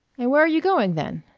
and where are you going, then?